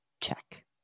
check